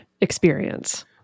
experience